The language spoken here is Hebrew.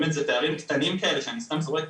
באמת זה פערים קטנים כאלה שאני סתם זורק,